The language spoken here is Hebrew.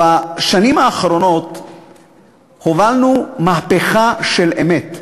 בשנים האחרונות הובלנו מהפכה של אמת,